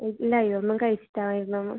ഇല്ല ഇത് ഒന്നും കഴിച്ചിട്ടില്ല ഒന്നും